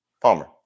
Palmer